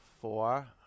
Four